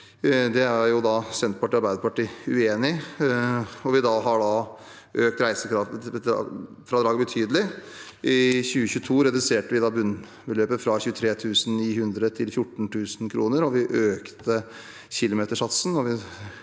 Det er Senterpartiet og Arbeiderpartiet uenig i, og vi har økt reisefradraget betydelig. I 2022 reduserte vi bunnbeløpet fra 23 900 til 14 000 kr, og vi økte kilometersatsen.